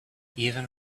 even